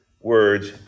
words